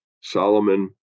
solomon